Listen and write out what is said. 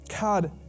God